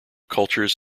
cultures